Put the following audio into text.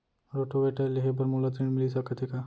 Rotavator लेहे बर मोला ऋण मिलिस सकत हे का?